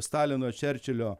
stalino čerčilio